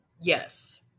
Yes